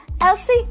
Elsie